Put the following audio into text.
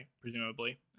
presumably